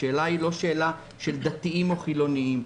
היא לא שאלה של דתיים או חילוניים,